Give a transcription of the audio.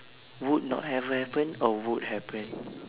would not have happen or would happen